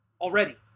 already